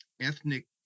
ethnic